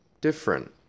different